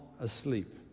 asleep